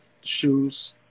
shoes